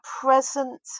present